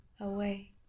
away